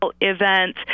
event